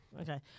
Okay